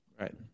right